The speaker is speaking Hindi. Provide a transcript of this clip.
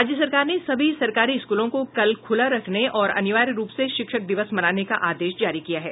राज्य सरकार ने सभी सरकारी स्कूलों को कल खुला रखने और अनिवार्य रूप से शिक्षक दिवस मनाने का आदेश जारी किया है